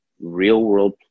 real-world